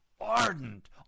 ardent